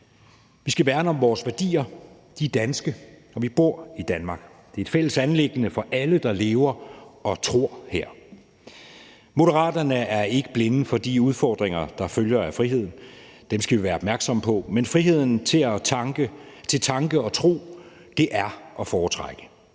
Vi skal værne om vores værdier; de er danske, og vi bor i Danmark. Det er et fælles anliggende for alle, der lever og tror her. Moderaterne er ikke blinde for de udfordringer, der følger af friheden. Dem skal vi være opmærksomme på. Men friheden til tanke og tro er at foretrække.